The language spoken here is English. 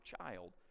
child